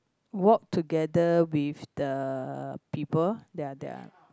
walk together with the people they're they're